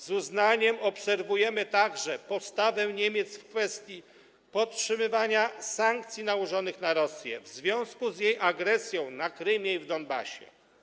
Z uznaniem obserwujemy także postawę Niemiec w kwestii podtrzymywania sankcji nałożonych na Rosję w związku z jej agresją na Krymie i w Donbasie.